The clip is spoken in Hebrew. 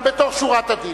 גם בתוך שורת הדין.